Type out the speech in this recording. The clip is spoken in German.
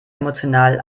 emotional